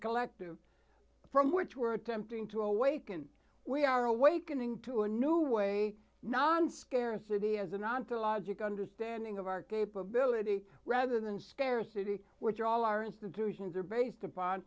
collective from which were attempting to awaken we are awakening to a new way non scarcity as an ontological understanding of our capability rather than scarcity where all our institutions are based upon